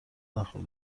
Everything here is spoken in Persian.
نخور